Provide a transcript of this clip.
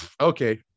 okay